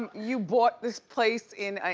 um you bought this place in